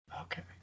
okay